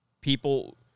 people